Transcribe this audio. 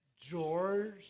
George